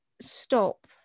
stop